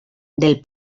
del